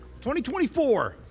2024